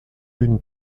d’une